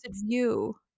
view